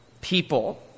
People